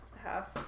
half